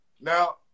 Now